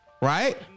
right